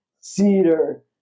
cedar